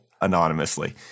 anonymously